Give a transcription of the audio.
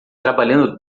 trabalhando